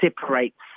separates